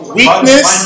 weakness